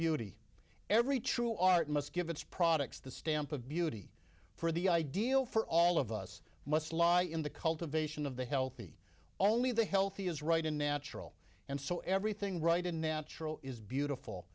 beauty every true art must give its products the stamp of beauty for the ideal for all of us must lie in the cultivation of the healthy only the healthy is right and natural and so everything right and natural is beautiful